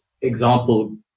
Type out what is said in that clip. example